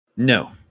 No